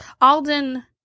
Alden